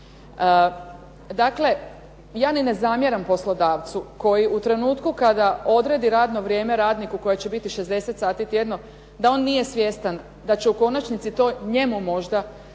Dakle, ja ni ne zamjeram poslodavcu koji u trenutku kada odredi radno vrijeme radniku koje će biti 60 sati tjedno, da on nije svjestan da će u konačnici to njemu možda